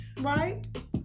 Right